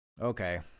okay